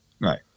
Right